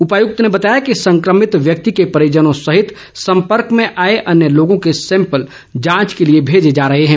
उपायुक्त ने बताया कि संक्रमित व्यक्ति के परिजनों सहित सम्पर्क में आए अन्य लोगों के सैंपल जांच के लिए भेजे जा रहे हैं